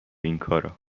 اینکارا